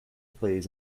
plays